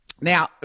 Now